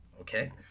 Okay